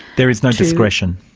there is no discretion?